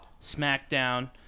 SmackDown